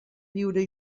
viure